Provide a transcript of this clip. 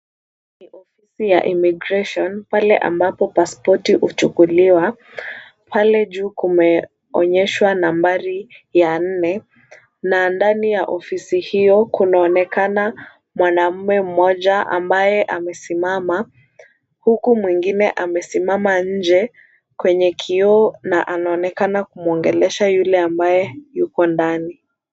Ni ofisi ya immigration pale ambapo pasipoti huchukuliwa, pale juu kumeonyeshwa nambari ya nne na ndani ya ofisi hiyo kunaonekana mwanamume mmoja ambaye amesimama huku mwingine amesimama nje kwenye kioo na anaonekana kumwongelesha yule ambaye yuko ndani.